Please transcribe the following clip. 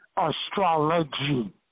astrology